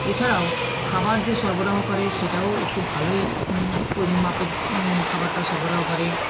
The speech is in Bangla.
এছাড়াও খাবার যে সরবরাহ করে সেটাও একটু ভালোই মাপের খাবারটা সরাবরাহ করে